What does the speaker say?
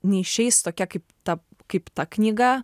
neišeis tokia kaip ta kaip ta knyga